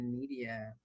Media